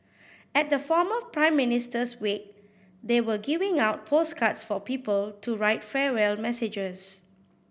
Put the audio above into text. at the former Prime Minister's wake they were giving out postcards for people to write farewell messages